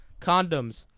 Condoms